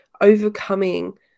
overcoming